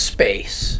Space